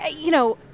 ah you know,